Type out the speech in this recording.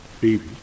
baby